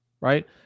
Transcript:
right